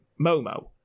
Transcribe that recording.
Momo